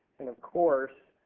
and of course,